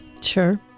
Sure